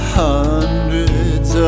hundreds